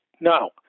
no